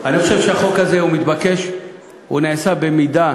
אני חושב שהחוק הזה מתבקש, שהוא נעשה במידה